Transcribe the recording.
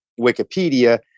Wikipedia